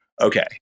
okay